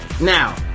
Now